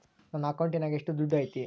ನನ್ನ ಅಕೌಂಟಿನಾಗ ಎಷ್ಟು ದುಡ್ಡು ಐತಿ?